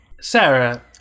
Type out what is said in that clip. Sarah